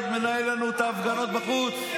עוד מנהל לנו את ההפגנות בחוץ,